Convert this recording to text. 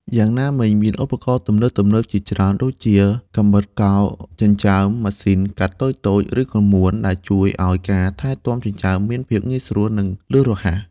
យ៉ាងណាមិញ មានឧបករណ៍ទំនើបៗជាច្រើនដូចជា កាំបិតកោរចិញ្ចើម ម៉ាស៊ីនកាត់តូចៗ ឬក្រមួន ដែលជួយឲ្យការថែទាំចិញ្ចើមមានភាពងាយស្រួល និងលឿនរហ័ស។